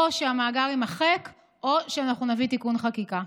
או שהמאגר יימחק או שנביא תיקון חקיקה.